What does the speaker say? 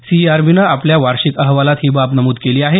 सीईआरबीनं आपल्या वार्षिक अहवालात ही बाब नमूद केली आहे